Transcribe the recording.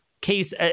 case